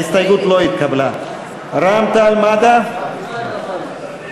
ההסתייגויות של קבוצת סיעת העבודה של אראל מרגלית לסעיף 04,